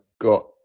got